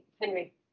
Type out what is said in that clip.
Henry